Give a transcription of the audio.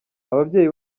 ababyeyi